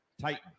Titan